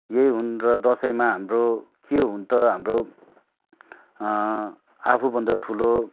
यही हुन् र दसैँमा हाम्रो के हुन् त हाम्रो आफुभन्दा ठुलो